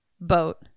boat